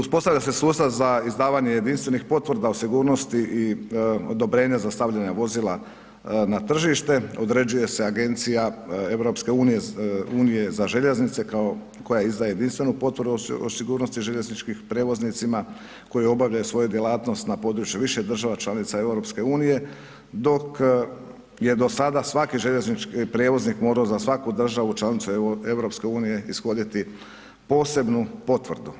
Uspostavlja se sustav za izdavanje jedinstvenih potvrda o sigurnosti i odobrenje za stavljanje vozila na tržište, određuje se agencija EU-a za željeznice kao koja izdaje jedinstvenu potvrdu o sigurnosti željezničkim prijevoznicima koji obavljaju svoju djelatnost na području više država članica EU-a dok je do sada svaki željeznički prijevoznik morao za svaku državu članicu EU-a ishoditi posebnu potvrdu.